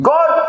God